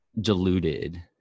deluded